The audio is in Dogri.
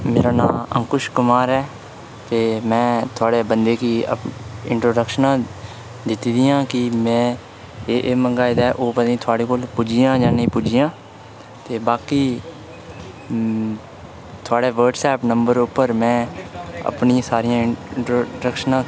मेरा नांऽ अकुंश कुमार ऐ ते में थुआढ़े बंदे गी अप इन्स्ट्रक्शनां दित्ती दियां हां कि में एह् एह् मंगोआए दा ऐ ओह् पता निं थुआढ़े कोल पता निं पुज्जियां जां नेईं पुज्जियां ते बाकी थुआढ़े ब्हाटसऐप नम्बर उप्पर में अपनियां सारियां इंट्रोडक्शनां